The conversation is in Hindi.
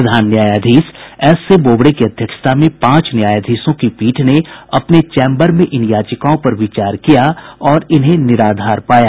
प्रधान न्यायाधीश एसए बोबड़े की अध्यक्षता में पांच न्यायाधीशों की पीठ ने अपने चैम्बर में इन याचिकाओं पर विचार किया और इन्हें निराधार पाया